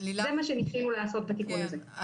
זה מה שניסינו לעשות בתיקון הזה.